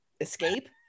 escape